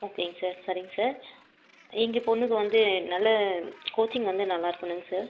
ஓகேங்க சார் சரிங்க சார் எங்கள் பொண்ணுக்கு வந்து நல்ல கோச்சிங் வந்து நல்லாருக்கணுங்க சார்